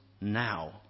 now